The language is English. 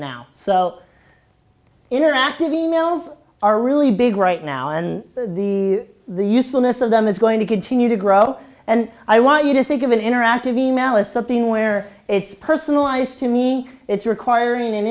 now so interactive e mails are really big right now and the the usefulness of them is going to continue to grow and i want you to think of an interactive email as something where it's personalized to me it's requiring an